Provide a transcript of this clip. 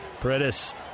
Paredes